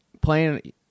playing